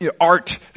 art